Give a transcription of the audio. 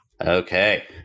Okay